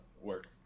work